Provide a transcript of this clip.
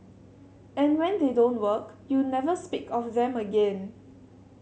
and when they don't work you never speak of them again